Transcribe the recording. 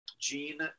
gene